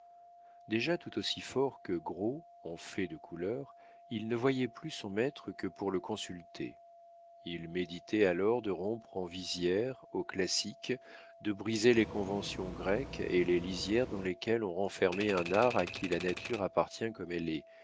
déjà tout aussi fort que gros en fait de couleur il ne voyait plus son maître que pour le consulter il méditait alors de rompre en visière aux classiques de briser les conventions grecques et les lisières dans lesquelles on renfermait un art à qui la nature appartient comme elle est